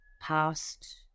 past